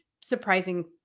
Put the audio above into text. surprising